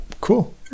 Cool